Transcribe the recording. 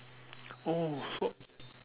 oh so